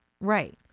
Right